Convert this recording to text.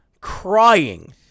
crying